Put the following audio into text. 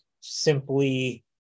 simply